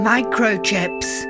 Microchips